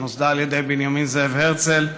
שנוסדה על ידי בנימין זאב הרצל,